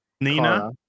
Nina